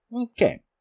Okay